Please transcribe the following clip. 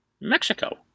Mexico